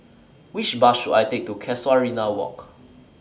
Which Bus should I Take to Casuarina Walk